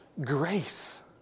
Grace